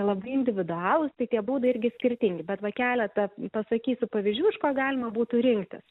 labai individualūs tai tie būdai irgi skirtingi bet va keletą pasakysiu pavyzdžių iš ko galima būtų rinktis